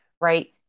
right